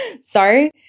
Sorry